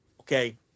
Okay